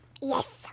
Yes